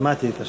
שמעתי את השאלה.